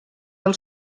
del